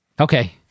Okay